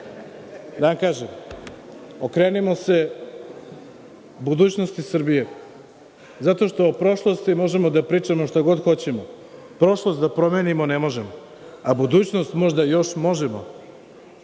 vam kažem, okrenimo se budućnosti Srbije, zato što o prošlosti možemo da pričamo šta god hoćemo, prošlost da promenimo ne možemo, a budućnost možda još možemo